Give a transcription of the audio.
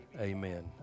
amen